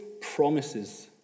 promises